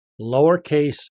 lowercase